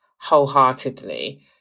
wholeheartedly